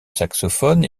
saxophone